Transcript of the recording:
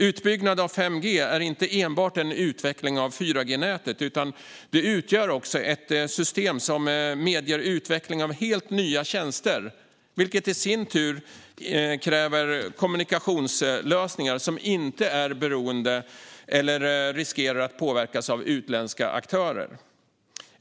Utbyggnad av 5G är inte enbart en utveckling av 4G-nätet, utan det utgör också ett system som medger utveckling av helt nya tjänster, vilket i sin tur kräver kommunikationslösningar som inte är beroende av eller riskerar att påverkas av utländska aktörer.